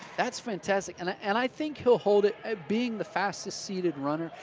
that's fantastic. and ah and i think he'll hold it, being the fastest seeded runner,